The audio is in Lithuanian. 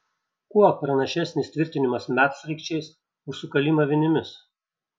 kuo pranašesnis tvirtinimas medsraigčiais už sukalimą vinimis